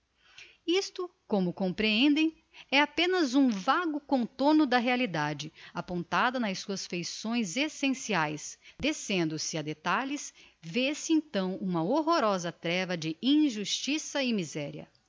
isto como comprehendem é apenas um vago contorno da realidade apontada nas suas feições essenciais descendo se a detalhes vê se então uma horrorosa tréva de injustiça e miseria